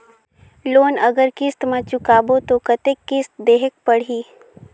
Loan अगर किस्त म चुकाबो तो कतेक किस्त देहेक पढ़ही?